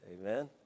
Amen